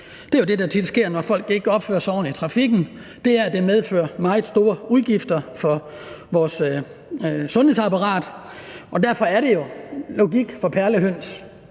Det er jo det, der tit sker, når folk ikke opfører sig ordentligt i trafikken, altså at det medfører meget store udgifter for vores sundhedsapparat, og derfor er det jo logik for perlehøns,